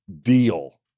deal